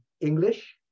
English